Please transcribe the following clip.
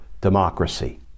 democracy